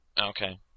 Okay